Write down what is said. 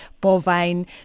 bovine